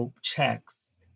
checks